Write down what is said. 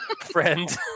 friend